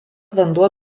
vanduo